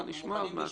אנחנו מוכנים לשמוע.